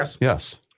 yes